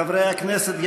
חברי הכנסת,